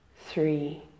three